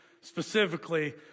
specifically